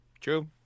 True